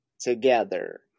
together